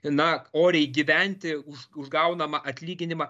na oriai gyventi už už gaunamą atlyginimą